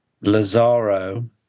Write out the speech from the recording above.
Lazaro